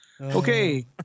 Okay